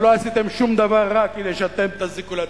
לא עשיתם שום דבר רע כדי שאתם תזיקו לעצמכם.